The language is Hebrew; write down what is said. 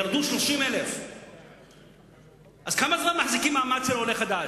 וירדו 30,000. אז כמה זמן מחזיקים במעמד של עולה חדש?